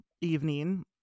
evening